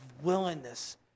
willingness